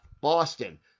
Boston